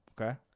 Okay